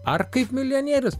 ar kaip milijonierius